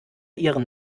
ihren